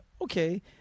okay